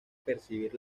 percibir